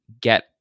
get